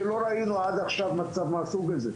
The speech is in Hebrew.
שלא ראינו עד עכשיו מצב מהסוג הזה.